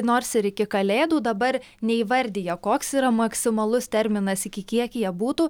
nors ir iki kalėdų dabar neįvardija koks yra maksimalus terminas iki kiek jie būtų